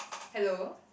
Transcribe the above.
hello